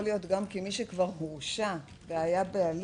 יכול להיות גם כי מי שכבר הורשע והיה בהליך,